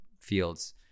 Fields